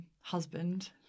husband